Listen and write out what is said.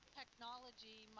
technology